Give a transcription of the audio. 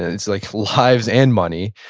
it's like, lives and money.